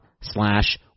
slash